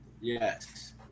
Yes